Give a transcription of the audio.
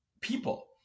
people